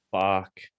Fuck